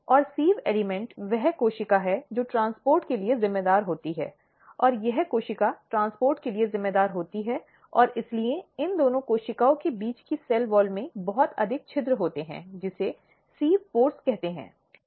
और sieve element वह कोशिका है जो ट्रांसपोर्ट के लिए जिम्मेदार होती है और यह कोशिका ट्रांसपोर्ट के लिए जिम्मेदार होती है और इसीलिए इन दोनों कोशिकाओं के बीच की सेल वॉल में बहुत अधिक छिद्र होते हैं जिसे सिव़ पोर्स कहते हैं